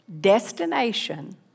destination